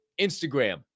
Instagram